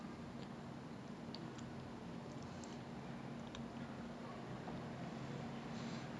like whoever is suffering from poverty malnutrition lack of clean water அந்தமாரிலா இருக்காங்கள:anthamaarilaa irukkaangala